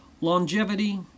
Longevity